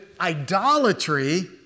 idolatry